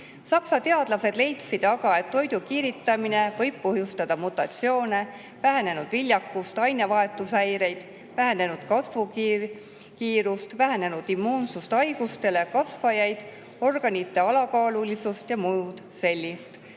Saksa teadlased leidsid aga, et toidu kiiritamine võib põhjustada mutatsioone, vähenenud viljakust, ainevahetushäireid, vähenenud kasvukiirust, vähenenud immuunsust haigustele, kasvajaid, organite alakaalulisust ja muud sellist.